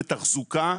לתחזוקה.